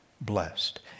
blessed